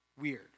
weird